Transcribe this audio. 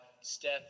Steph